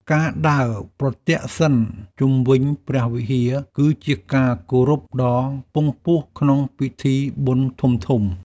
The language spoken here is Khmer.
ការដើរប្រទក្សិណជុំវិញព្រះវិហារ គឺជាការគោរពដ៏ខ្ពង់ខ្ពស់ក្នុងពិធីបុណ្យធំៗ។